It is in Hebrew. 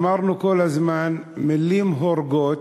אמרנו כל הזמן "מילים הורגות",